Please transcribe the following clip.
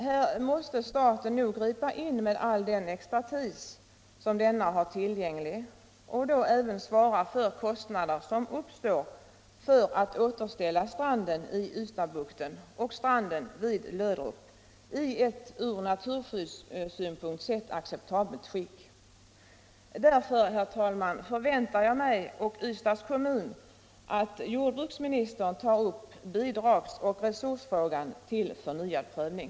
Här måste staten gripa in med all den expertis som man har tillgänglig och även svara för de kostnader som uppstår för att återställa stränderna i Ystadsbukten och vid Löderups strandbad i ett ur naturskyddssynpunkt acceptabelt skick. Därför, herr talman, förväntar jag mig tillsammans med Ystads kommun att jordbruksministern tar upp bidragsoch resursfrågan till förnyad prövning.